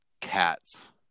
cats